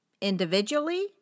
Individually